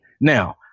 Now